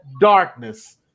darkness